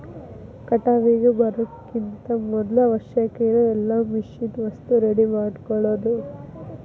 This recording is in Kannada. ಕಟಾವಿಗೆ ಬರುಕಿಂತ ಮದ್ಲ ಅವಶ್ಯಕ ಇರು ಎಲ್ಲಾ ಮಿಷನ್ ವಸ್ತು ರೆಡಿ ಮಾಡ್ಕೊಳುದ